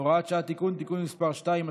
הוראת שעה, תיקון) (תיקון מס' 2)